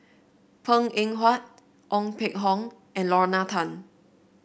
Png Eng Huat Ong Peng Hock and Lorna Tan